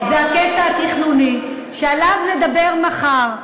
התכלית של החוק זה הקטע התכנוני, שעליו נדבר מחר,